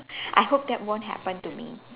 I hope that won't happen to me